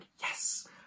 yes